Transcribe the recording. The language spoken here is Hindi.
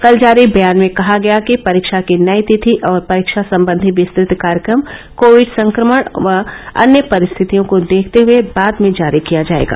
कल जारी बयान में कहा गया कि परीक्षा की नई तिथि और परीक्षा सम्बन्धी विस्तुत कार्यक्रम कोविड संक्रमण व अन्य परिस्थितियों को देखते हुए बाद में जारी किया जाएगा